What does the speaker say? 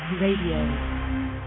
Radio